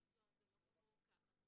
זה מה שהוא משקף.